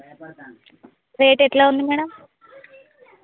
rate ఎట్లా ఉంది madam